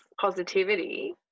positivity